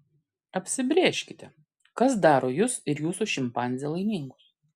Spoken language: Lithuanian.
apsibrėžkite kas daro jus ir jūsų šimpanzę laimingus